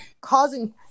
causing